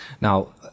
Now